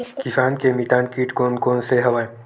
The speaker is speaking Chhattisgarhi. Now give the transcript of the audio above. किसान के मितान कीट कोन कोन से हवय?